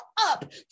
up